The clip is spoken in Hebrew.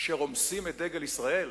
שרומסים את דגל ישראל?